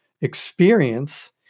experience